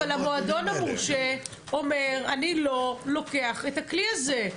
אבל המועדון המורשה אומר שהוא לא לוקח את הכלי הזה.